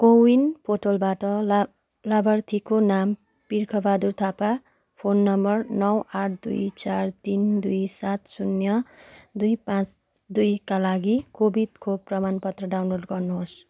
कोविन पोर्टलबाट ला लाभार्थीको नाम बिर्खबहादुर थापा फोन नम्बर नौ आठ दुई चार तिन दुई सात शून्य दुई पाँच दुईका लागि कोभिड खोप प्रमाणपत्र डाउनलोड गर्नुहोस्